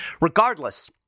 Regardless